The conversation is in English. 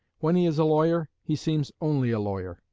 when he is a lawyer, he seems only a lawyer.